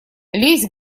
лезь